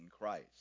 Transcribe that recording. christ